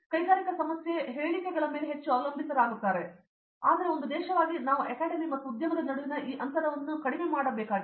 ಕೈಗಾರಿಕಾ ಸಮಸ್ಯೆ ಹೇಳಿಕೆಗಳ ಮೇಲೆ ಹೆಚ್ಚು ಅವಲಂಬಿತರಾಗುತ್ತಾರೆ ಆದರೆ ಒಂದು ದೇಶವಾಗಿ ನಾವು ಅಕಾಡೆಮಿ ಮತ್ತು ಉದ್ಯಮದ ನಡುವಿನ ಈ ಅಂತರವನ್ನು ಮುಚ್ಚಿಕೊಳ್ಳಬೇಕಾಗಿದೆ